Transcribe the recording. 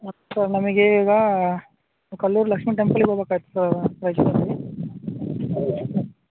ಮತ್ತೆ ಸರ್ ನಮಗೆ ಈಗ ಕಲ್ಲೂರು ಲಕ್ಷ್ಮೀ ಟೆಂಪಲಿಗೆ ಹೋಬಕಾಗಿತ್ ಸರ್